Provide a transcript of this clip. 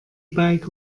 bike